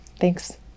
thanks